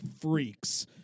freaks